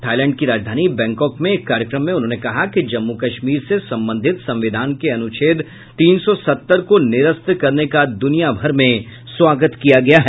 Thailand की राजधानी Bangkok में एक कार्यक्रम में उन्होंने कहा कि जम्मू कश्मीर से संबंधित संविधान के अनुच्छेद तीन सौ सत्तर को निरस्त करने का दूनिया भर में स्वागत किया गया है